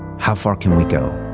how far can we go